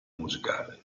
musicale